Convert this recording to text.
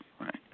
right